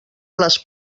les